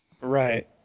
Right